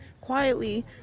quietly